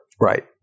Right